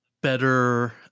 better